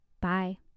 Bye